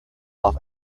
off